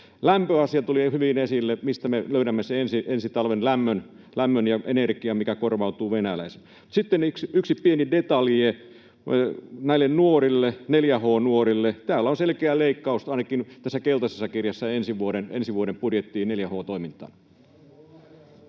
Lämpöasia tuli hyvin esille: mistä me löydämme sen ensi talven lämmön ja energian, mikä korvaa venäläisen. Sitten yksi pieni detalji: 4H-nuorille on selkeä leikkaus — ainakin tässä keltaisessa kirjassa — ensi vuoden budjetissa 4H-toimintaan.